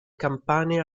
campane